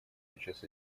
сейчас